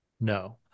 No